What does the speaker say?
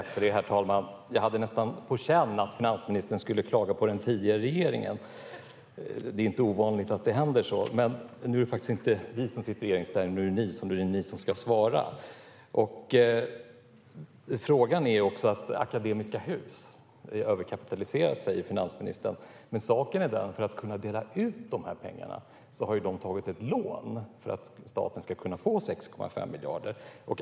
Herr talman! Jag hade nästan på känn att finansministern skulle klaga på den tidigare regeringen. Det är inte ovanligt att det händer. Men nu är det faktiskt inte vi som sitter i regeringsställning, utan det är ni, Magdalena Andersson, som gör det. Därför är det ni som ska svara. Finansministern säger att Akademiska Hus är överkapitaliserat. Men saken är den att de för att kunna dela ut dessa pengar har tagit ett lån för att staten ska kunna få 6,5 miljarder.